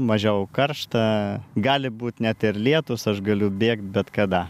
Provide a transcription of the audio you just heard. mažiau karšta gali būt net ir lietus aš galiu bėgt bet kada